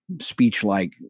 speech-like